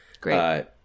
Great